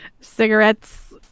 Cigarettes